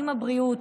עם הבריאות,